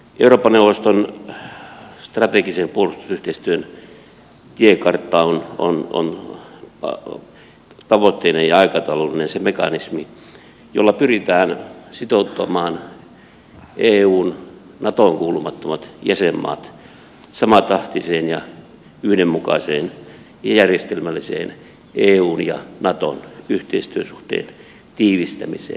eurooppa neuvoston strategisen puolustusyhteistyön tiekartta on tavoitteineen ja aikatauluineen se mekanismi jolla pyritään sitouttamaan eun natoon kuulumattomat jäsenmaat samatahtiseen ja yhdenmukaiseen ja järjestelmälliseen eun ja naton yhteistyösuhteen tiivistämiseen